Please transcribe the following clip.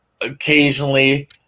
Occasionally